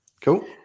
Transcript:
Cool